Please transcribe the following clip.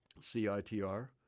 CITR